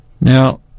Now